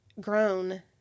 grown